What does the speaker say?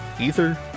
Ether